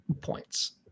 points